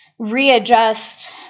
Readjust